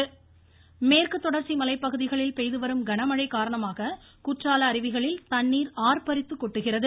குற்றாலம் மேற்கு தொடர்ச்சி மலை பகுதிகளில் பெய்துவரும் கனமழை காரணமாக குற்றால அருவிகளில் தண்ணீர் ஆர்ப்பரித்துக் கொட்டுகிறது